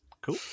Cool